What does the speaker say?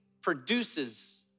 produces